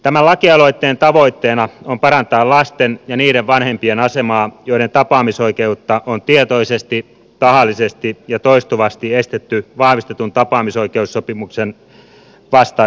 tämän lakialoitteen tavoitteena on parantaa lasten ja niiden vanhempien asemaa joiden tapaamisoikeutta on tietoisesti tahallisesti ja toistuvasti estetty vahvistetun tapaamisoikeussopimuksen vastaisesti